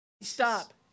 Stop